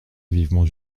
vivement